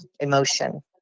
emotion